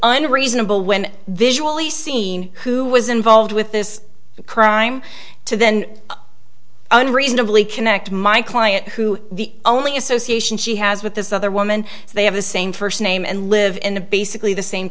unreasonable when this will the scene who was involved with this crime to then unreasonably connect my client who the only association she has with this other woman they have the same first name and live in a basically the same